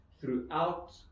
throughout